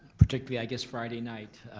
particularly i guess friday night,